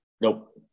Nope